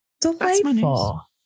Delightful